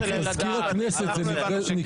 צביקה פוגל נמצא פה, יושב-ראש ועדה חשובה בכנסת.